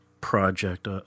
project